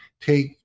take